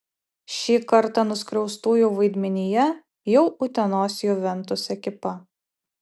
šį kartą nuskriaustųjų vaidmenyje jau utenos juventus ekipa